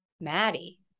Maddie